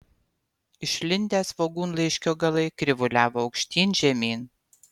išlindę svogūnlaiškio galai krivuliavo aukštyn žemyn